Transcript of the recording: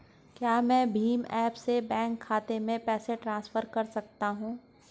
क्या मैं भीम ऐप से बैंक खाते में पैसे ट्रांसफर कर सकता हूँ?